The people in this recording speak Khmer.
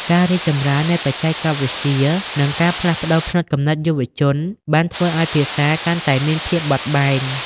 ការរីកចម្រើននៃបច្ចេកវិទ្យានិងការផ្លាស់ប្តូរផ្នត់គំនិតយុវជនបានធ្វើឱ្យភាសាកាន់តែមានភាពបត់បែន។